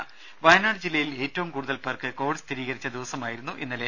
രുര വയനാട് ജില്ലയിൽ ഏറ്റവും കൂടുതൽ പേർക്ക് കോവിഡ് സ്ഥിരീകരിച്ച ദിവസമായിരുന്നു ഇന്നലെ